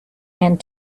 and